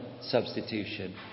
substitution